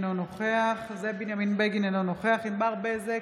אינו נוכח זאב בנימין בגין, אינו נוכח ענבר בזק,